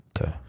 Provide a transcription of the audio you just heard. Okay